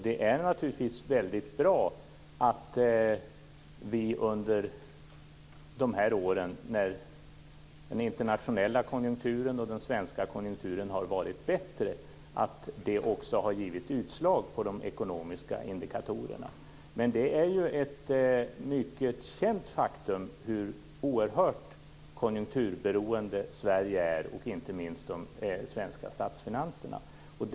Det är naturligtvis väldigt bra att vi under de här åren, när den internationella konjunkturen och den svenska konjunkturen har varit bättre, har fått se ett utslag på de ekonomiska indikatorerna. Det är ett mycket känt faktum hur oerhört konjunkturberoende Sverige, och inte minst de svenska statsfinanserna, är.